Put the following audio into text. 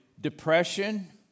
depression